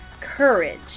courage